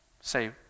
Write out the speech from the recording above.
say